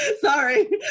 sorry